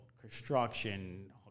construction